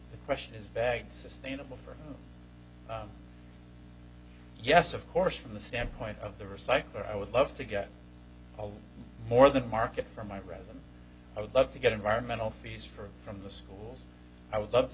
the question is bad sustainable for yes of course from the standpoint of the recycler i would love to get a lot more than market for my resume i would love to get environmental fees for from the schools i would love to